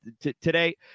Today